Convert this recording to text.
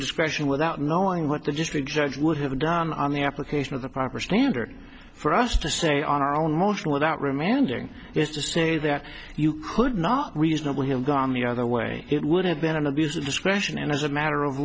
of discretion without knowing what the district judge would have done on the application of the proper standard for us to say on our own motion without remanding is to say that you could not reasonably have gone the other way it would have been an abuse of discretion and as a matter of